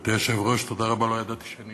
גברתי היושבת-ראש, תודה רבה, לא ידעתי שאני